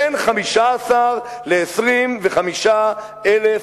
בין 15,000 ל-25,000,